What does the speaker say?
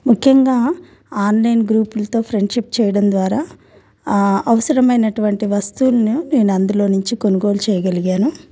ముఖ్యంగా ఆన్లైన్ గ్రూపులతో ఫ్రెండ్షిప్ చేయడం ద్వారా అవసరమైనటువంటి వస్తువులను నేను అందులో నుంచి కొనుగోలు చేయగలిగాను